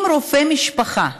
אם רופא המשפחה